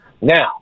Now